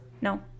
No